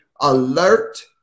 alert